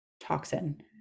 toxin